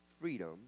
Freedom